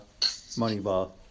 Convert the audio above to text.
Moneyball